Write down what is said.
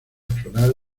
floral